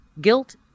guilt